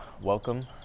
welcome